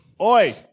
Oi